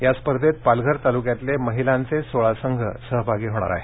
या स्पर्धेत पालघर तालुक्यातले महिलांचे सोळा संघ सहभागी होणार आहेत